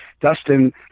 Dustin